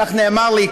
כך נאמר לי,